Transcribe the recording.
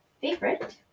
favorite